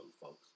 folks